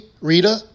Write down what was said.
Rita